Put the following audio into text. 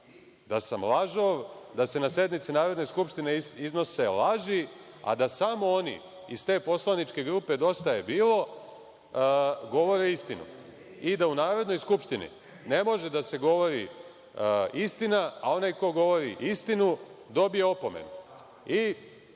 da sam lažov, da se na sednici Narodne skupštine iznose laži, a da samo oni, iz te Poslaničke grupe Dosta je bilo, govore istinu i da u Narodnoj skupštini ne može da se govori istina, a onaj ko govori istinu, dobije opomenu.